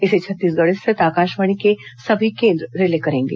इसे छत्तीसगढ़ स्थित आकाशवाणी के सभी केंद्र रिले करेंगे